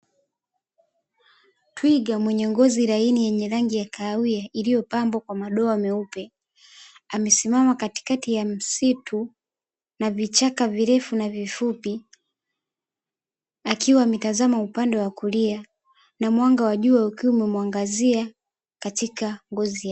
Twiga mwenye ngozi laini yenye rangi ya kahawia iliyopambwa kwa madoa meupe amesimama katikati ya msitu na vichaka virefu, na vifupi akiwa ametazama upande wa kulia na mwanga wa jua ukimwangazia katika ngozi yake.